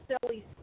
silly